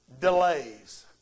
delays